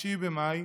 9 במאי